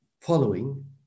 following